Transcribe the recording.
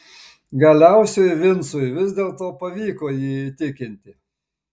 galiausiai vincui vis dėlto pavyko jį įtikinti